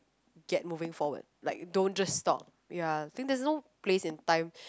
get moving forward like don't just stop ya think there's no place in time